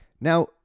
Now